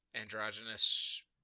androgynous